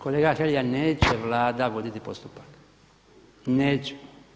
Kolega Hrelja, neće Vlada voditi postupak, neće.